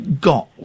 got